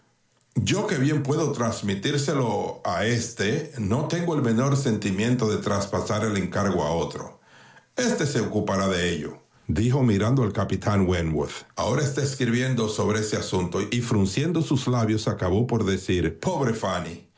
yo creo que bien puedo transmitírselo a éste no tengo el menor sentimiento de traspasar el encargo a otro este se ocupará de ellomirando al capitán wentworth ahora está escribiendo sobre ese asuntoy frunciendo sus labios acabó por decir